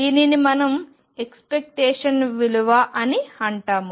దీనిని మనం ఏక్స్పెక్టేషన్ విలువ అని అంటాము